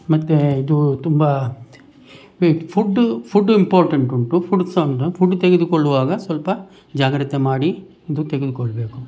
ಮತ್ತೆ ಇದು ತುಂಬ ಈ ಫುಡ್ ಫುಡ್ ಇಂಪಾರ್ಟೆಂಟ್ ಉಂಟು ಫುಡ್ ಸಹ ಫುಡ್ ತೆಗೆದುಕೊಳ್ಳುವಾಗ ಸ್ವಲ್ಪ ಜಾಗ್ರತೆ ಮಾಡಿ ಇದು ತೆಗೆದುಕೊಳ್ಬೇಕು